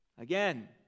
Again